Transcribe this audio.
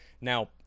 Now